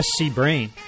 SCBrain